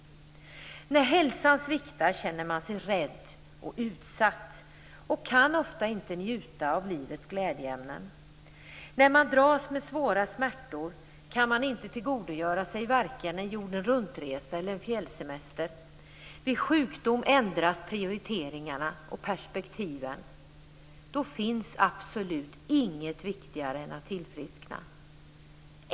När hälsan sviktar känner man sig rädd och utsatt och kan ofta inte njuta av livets glädjeämnen. När man dras med svåra smärtor kan man inte tillgodogöra sig vare sig en jorden-runt-resa eller en fjällsemester. Vid sjukdom ändras prioriteringarna och perspektiven. Då finns absolut inget viktigare än att tillfriskna.